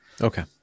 Okay